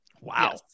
Wow